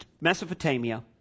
Mesopotamia